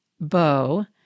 Bow